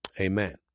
Amen